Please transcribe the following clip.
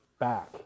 back